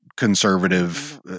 Conservative